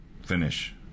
finish